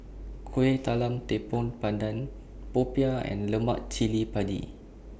Kueh Talam Tepong Pandan Popiah and Lemak Cili Padi